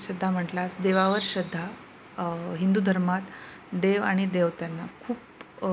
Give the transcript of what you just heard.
श्रद्धा म्हटलास देवावर श्रद्धा हिंदू धर्मात देव आणि देवतांना खूप